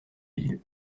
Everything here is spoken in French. ville